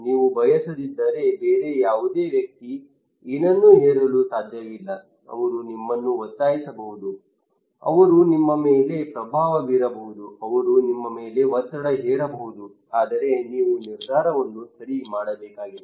ನೀವು ಬಯಸದಿದ್ದರೆ ಬೇರೆ ಯಾವುದೇ ವ್ಯಕ್ತಿ ಏನನ್ನೂ ಹೇರಲು ಸಾಧ್ಯವಿಲ್ಲ ಅವರು ನಿಮ್ಮನ್ನು ಒತ್ತಾಯಿಸಬಹುದು ಅವರು ನಿಮ್ಮ ಮೇಲೆ ಪ್ರಭಾವ ಬೀರಬಹುದು ಅವರು ನಿಮ್ಮ ಮೇಲೆ ಒತ್ತಡ ಹೇರಬಹುದು ಆದರೆ ನೀವು ನಿರ್ಧಾರವನ್ನು ಸರಿ ಮಾಡಬೇಕಾಗಿದೆ